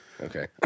Okay